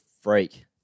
freak